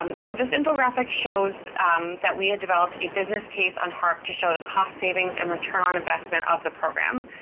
um so this infographic shows that we had developed a business case on harp to show the cost savings and return on investment of the program.